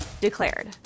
declared